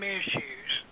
issues